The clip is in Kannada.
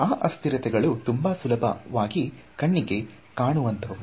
ಆ ಅಸ್ಥಿರತೆಗಳು ತುಂಬಾ ಸುಲಭವಾಗಿ ಕಣ್ಣಿಗೆ ಕಾಣುವಂತವುದು